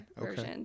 version